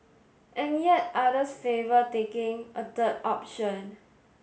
and yet others favour taking a third option